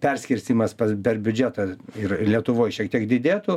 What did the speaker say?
ne perskirstymas per biudžetą ir lietuvoj šiek tiek didėtų